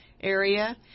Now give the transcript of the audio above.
area